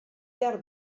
behar